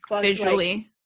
visually